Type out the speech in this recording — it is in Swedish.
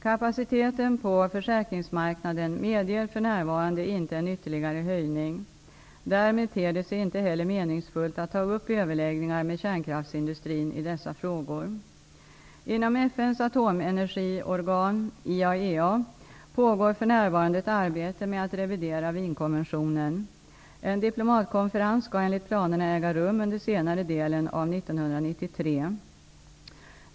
Kapaciteten på försäkringsmarknaden medger för närvarande inte en ytterligare höjning. Därmed ter det sig inte heller meningsfullt att ta upp överläggningar med kärnkraftsindustrin i dessa frågor. Inom FN:s atomenergiorgan IAEA pågår för närvarande ett arbete med att revidera Wienkonventionen. En diplomatkonferens skall enligt planerna äga rum under senare delen av 1993.